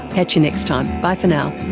catch you next time. bye for now